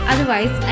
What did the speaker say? Otherwise